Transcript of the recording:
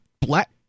black